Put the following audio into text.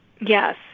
yes